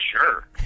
sure